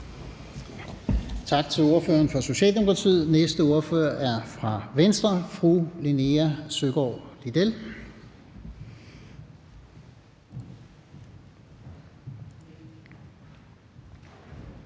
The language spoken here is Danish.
Tak til ordføreren fra Socialdemokratiet. Næste ordfører er fra Venstre, fru Linea Søgaard-Lidell.